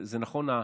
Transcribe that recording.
זה נכון,